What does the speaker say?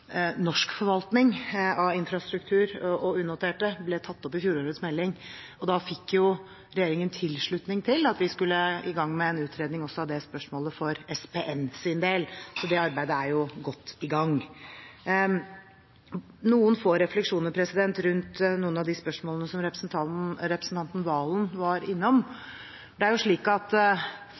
norsk forvaltning av infrastruktur og unoterte ble tatt opp i fjorårets melding. Da fikk regjeringen tilslutning til at vi skulle i gang med en utredning også av det spørsmålet for SPN sin del. Det arbeidet er godt i gang. Noen få refleksjoner rundt noen av de spørsmålene som representanten Serigstad Valen var innom: Det er jo slik at